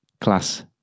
Class